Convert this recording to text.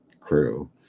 crew